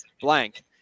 blank